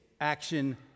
action